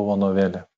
buvo novelė